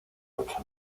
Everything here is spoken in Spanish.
ocho